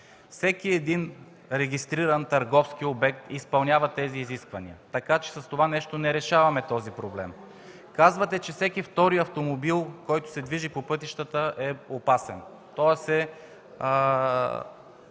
Всеки един регистриран търговски обект изпълнява тези изисквания, така че с това нещо не решаваме проблема. Казвате, че всеки втори автомобил, който се движи по пътищата е опасен, тоест е